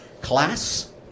class